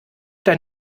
dein